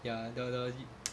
ya the the